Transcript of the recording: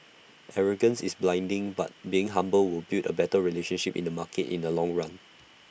arrogance is blinding but being humble will build A better relationship in the market in the long run